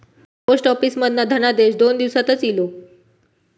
post office मधना धनादेश दोन दिवसातच इलो